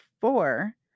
four